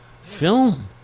Film